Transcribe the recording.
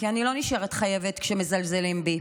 כי אני לא נשארת חייבת כשמזלזלים בי.